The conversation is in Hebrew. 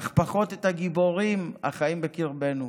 אך פחות את הגיבורים החיים בקרבנו.